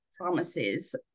promises